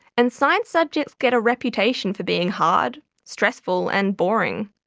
and science subjects get a reputation for being hard, stressful and boring.